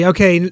Okay